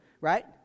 right